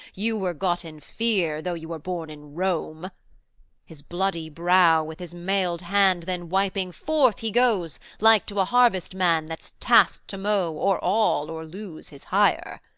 you were got in fear though you were born in rome his bloody brow with his mail'd hand then wiping, forth he goes, like to a harvest-man that's tasked to mow or all, or lose his hire.